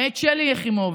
מאת שלי יחימוביץ':